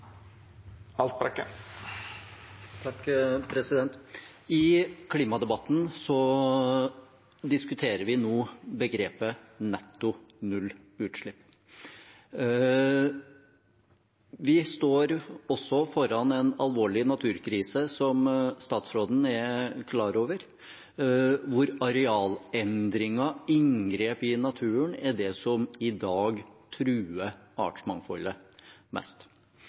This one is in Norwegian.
I klimadebatten diskuterer vi nå begrepet «netto nullutslipp». Vi står også foran en alvorlig naturkrise, som statsråden er klar over, hvor arealendringer, inngrep i naturen, er det som i dag truer artsmangfoldet mest.